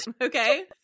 okay